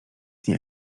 nie